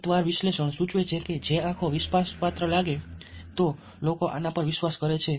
વિગતવાર વિશ્લેષણ સૂચવે છે કે જે આંખો વિશ્વાસપાત્ર લાગે તો લોકો આના પર વિશ્વાસ કરે છે